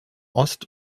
ost